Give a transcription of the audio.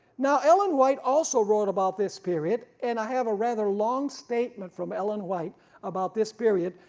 now ellen white also wrote about this period and i have a rather long statement from ellen white about this period,